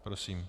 Prosím.